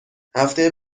هفته